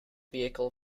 vehicle